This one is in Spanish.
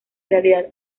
realidad